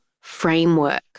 framework